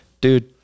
Dude